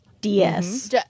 DS